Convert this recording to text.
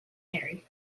harry